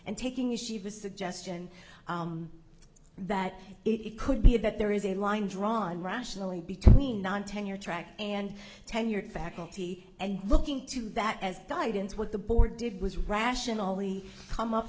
and taking as she was suggestion that it could be that there is a line drawn rationally between non tenure track and tenured faculty and looking to that as died in what the board did was rationally come up